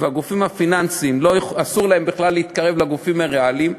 והגופים הפיננסיים אסור להם בכלל להתקרב לגופים הריאליים,